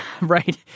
Right